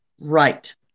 Right